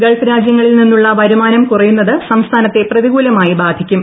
Gulf രാജ്യങ്ങളിൽ നിന്നുള്ള വരുമാനം കുറയുന്നത് സംസ്ഥാനത്തെ പ്രതികൂലമായി ബാധിക്കും